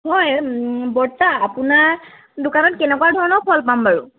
হয় বৰ্তা আপোনাৰ দোকানত কেনেকুৱা ধৰণৰ ফল পাম বাৰু